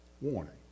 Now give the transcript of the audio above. warning